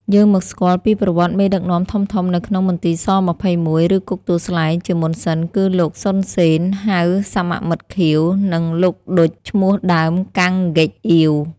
យើងមកស្គាល់ពីប្រវត្ដិមេដឹកនាំធំៗ នៅក្នុង មន្ទីរ ស-២១ ឬគុកទួលស្លែង ជាមុនសិន គឺ លោក សុន សេន (ហៅសមមិត្តខៀវ) និង លោក ឌុច (ឈ្មោះដើម កាំង ហ្កេកអ៊ាវ)។